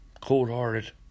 cold-hearted